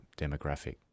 demographic